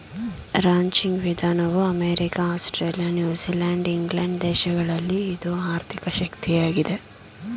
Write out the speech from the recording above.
ranching ವಿಧಾನವು America, Australia, New Zealand England ದೇಶಗಳಲ್ಲಿ ಇದು ಆರ್ಥಿಕ ಶಕ್ತಿಯಾಗಿದೆ